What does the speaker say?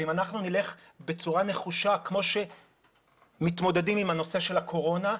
ואם אנחנו נלך בצורה נחושה כמו שמתמודדים עם הנושא של הקורונה,